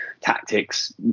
tactics